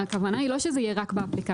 שהכוונה היא לא שזה יהיה רק באפליקציה.